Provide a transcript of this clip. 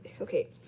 okay